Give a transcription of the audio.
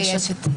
ויש עתיד.